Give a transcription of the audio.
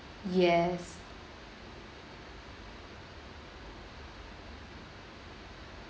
yes